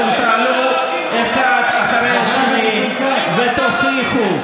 אתם תעלו אחד אחרי השני ותוכיחו,